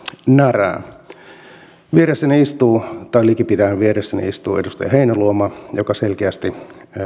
närää vieressäni istuu tai liki pitäen vieressäni istuu edustaja heinäluoma joka selkeästi